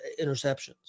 interceptions